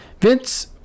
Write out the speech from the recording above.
Vince